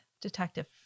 detective